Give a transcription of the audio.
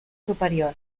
superior